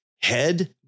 head